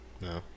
No